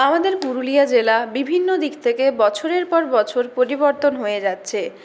আমাদের পুরুলিয়া জেলা বিভিন্ন দিক থেকে বছরের পর বছর পরিবর্তন হয়ে যাচ্ছে